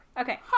Okay